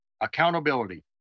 accountability